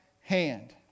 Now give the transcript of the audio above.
hand